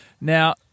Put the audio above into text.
Now